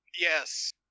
yes